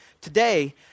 today